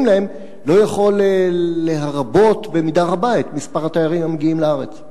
להם לא יכול להרבות במידה רבה את מספר התיירים שמגיעים לארץ?